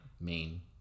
main